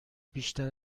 بیشتر